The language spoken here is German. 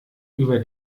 über